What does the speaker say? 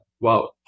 wow